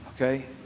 okay